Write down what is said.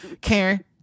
karen